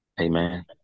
Amen